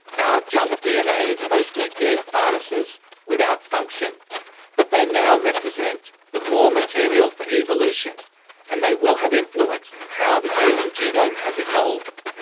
our junk dna is mostly dead viruses without function but they now represent the raw material for evolution and they will have influenced how the human genome has evolved.